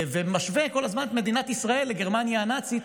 ומשווה כל הזמן את מדינת ישראל לגרמניה הנאצית,